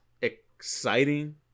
exciting